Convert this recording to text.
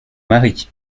mari